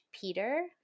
Peter